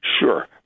Sure